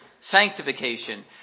sanctification